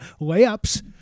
Layups